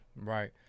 Right